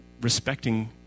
respecting